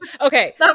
Okay